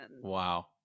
wow